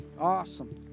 Awesome